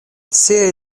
siaj